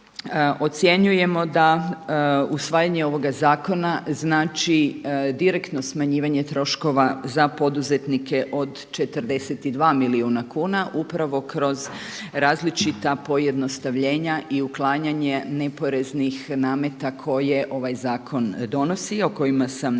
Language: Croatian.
ocjenjujemo da usvajanje ovoga zakona znači direktno smanjivanje troškova za poduzetnike od 42 milijuna kuna upravo kroz različita pojednostavljenja i uklanjanje neporeznih nameta koje ovaj zakon donosi i o kojima sam dijelom